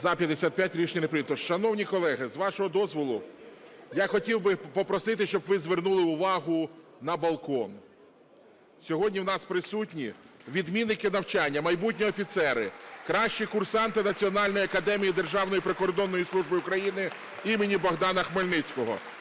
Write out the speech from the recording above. За-55 Рішення не прийнято. Шановні колеги, з вашого дозволу, я хотів би попросити, щоб ви звернули увагу на балкон. Сьогодні в нас присутні відмінники навчання, майбутні офіцери, кращі курсанти Національної академії Державної прикордонної служби України імені Богдана Хмельницького.